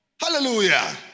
Hallelujah